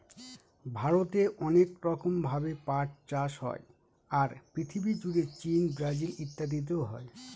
ভারতে অনেক রকম ভাবে পাট চাষ হয়, আর পৃথিবী জুড়ে চীন, ব্রাজিল ইত্যাদিতে হয়